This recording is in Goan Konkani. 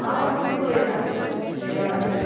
हांव टिचर उलयतां निरवाची